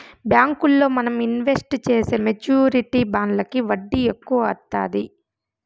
బ్యాంకుల్లో మనం ఇన్వెస్ట్ చేసే మెచ్యూరిటీ బాండ్లకి వడ్డీ ఎక్కువ వత్తాది